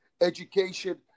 education